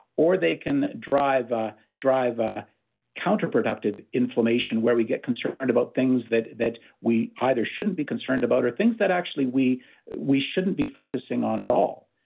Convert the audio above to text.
or they can drive ah drive ah counterproductive inflammation where we get concerned about things that that we either shouldn't be concerned about, or things that actually we we shouldn't be focusing on at all.